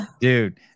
dude